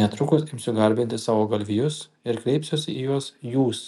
netrukus imsiu garbinti savo galvijus ir kreipsiuosi į juos jūs